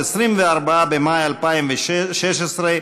24 במאי 2016,